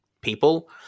people